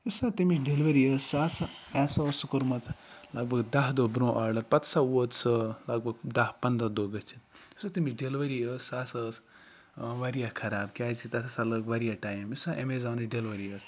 یُس سہَ تمِچ ڈیلوری ٲسۍ سۄ ہَسا مےٚ ہَسا اوس سُہ کوٚرمُت لَگ بَگ دہ دۄہ بروںہہ آرڈَر پَتہٕ ہَسا ووت سُہ لَگ بَگ دَہ پَنٛداہ دۄہ گٔژھِتھ یۄس سَہ تٔمِچ ڈیلوری ٲسۍ سۄ ہَسا ٲسۍ واریاہ خَراب کیازکہِ تَتھ ہَسا لوٚگ واریاہ ٹایِم یۄس سہَ اَمیزانٕچ ڈیلوری ٲسۍ